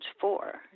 four